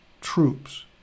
troops